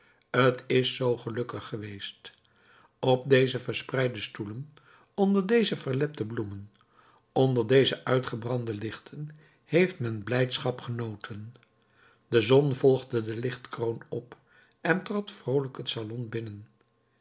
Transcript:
t is zoo gelukkig geweest op deze verspreide stoelen onder deze verlepte bloemen onder deze uitgebrande lichten heeft men blijdschap genoten de zon volgde de lichtkroon op en trad vroolijk het salon binnen